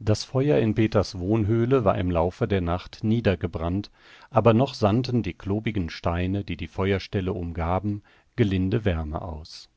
das feuer in peters wohnhöhle war im laufe der nacht niedergebrannt aber noch sandten die klobigen steine die die feuerstelle umgaben gelinde wärme aus